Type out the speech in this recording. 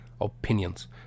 opinions